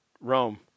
Rome